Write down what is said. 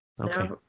Okay